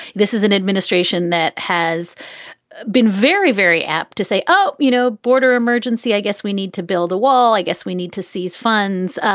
this is an administration that has been very, very apt to say, oh, you know, border emergency. i guess we need to build a wall. i guess we need to seize funds.